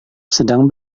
sedang